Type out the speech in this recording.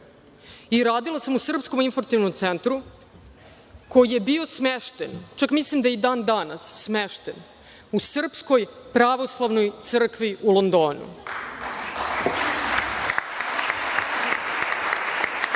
Radila sam u Srpskom informativnom centru koji je bio smešten, čak mislim da je i dan danas, smešten u Srpskoj pravoslavnoj crkvi u Londonu.